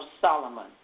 Solomon